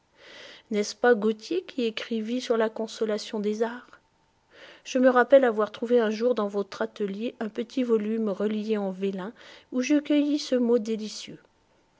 n'est-ce pas gautier qui écrivit sur la consolation des arts je me rappelle avoir trouvé un jour dans votre atelier un petit volume relié en vélin où je cueillis ce mot délicieux